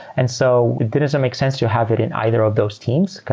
and so it doesn't make sense to have it in either of those teams.